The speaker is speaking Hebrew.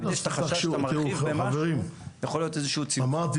תמיד יש את החשש שאתה מרחיב במשהו יכול להיות איזה שהוא --- אמרתי,